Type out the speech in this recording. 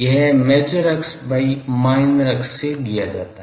यह मेजर अक्ष by minor अक्ष से दिया जाता है